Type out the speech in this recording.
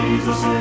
Jesus